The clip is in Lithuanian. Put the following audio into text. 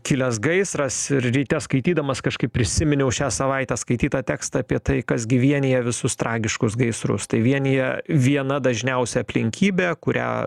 kilęs gaisras ir ryte skaitydamas kažkaip prisiminiau šią savaitę skaitytą tekstą apie tai kas gi vienija visus tragiškus gaisrus tai vienija viena dažniausia aplinkybė kurią